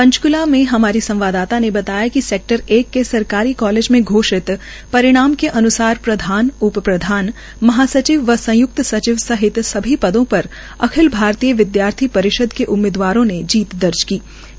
पंचकूला से हमारी संवाददाता ने बताया कि सैकटर एक के सरकारी कालेज में घोषित परिणाम के अनुसार प्रधान उप प्रधान महा सचिव व संयुक्त सचिव सहित सभी पदों पर अखिल भारतीय विदयार्थी परिषद के उम्मीदवारों ने जीत दर्ज की है